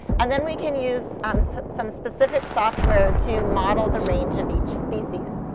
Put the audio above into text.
and then we can use um some specific software to model the range of each species.